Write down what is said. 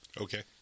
Okay